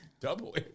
Double